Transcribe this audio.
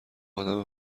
آدم